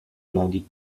modi